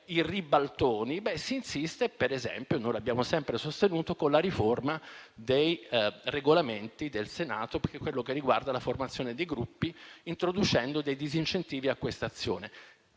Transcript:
il ribaltone, si insiste, per esempio, come abbiamo sempre sostenuto, con la riforma dei Regolamenti parlamentari, per quello che riguarda la formazione dei Gruppi, introducendo dei disincentivi a questa azione.